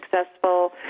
successful